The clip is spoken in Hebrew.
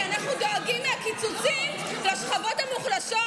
אנחנו דואגים מהקיצוצים לשכבות המוחלשות.